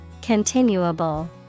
Continuable